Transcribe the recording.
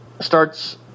starts